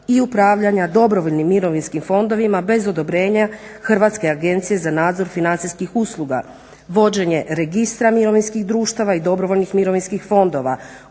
i upravljanja dobrovoljnim mirovinskim fondovima bez odobrenja Hrvatske agencije za nadzor financijskih usluga, vođenje registra mirovinskih društava i dobrovoljnih mirovinskih fondova,